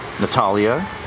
Natalia